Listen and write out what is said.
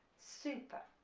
super,